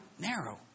narrow